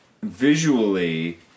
visually